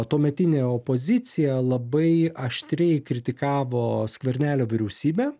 tuometinė opozicija labai aštriai kritikavo skvernelio vyriausybę